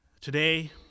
Today